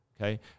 okay